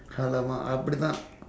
alamak அப்படிதான்:appadithaan